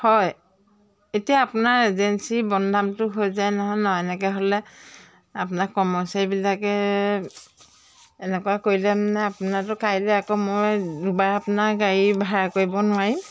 হয় এতিয়া আপোনাৰ এজেঞ্চিৰ বদনামটো হৈ যায় নহয় ন এনেকৈ হ'লে আপোনাৰ কমচাৰীবিলাকে এনেকুৱা কৰিলে মানে আপোনাৰতো কাইলৈ আকৌ মই দুবাৰ আপোনাৰ গাড়ী ভাড়া কৰিব নোৱাৰিম